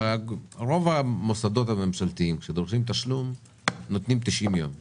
רוב מוסדות הממשלה כשדורשים תשלום נותנים 90 ימים לשלם,